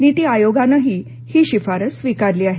नीती आयोगानंही ही शिफारस स्वीकारली आहे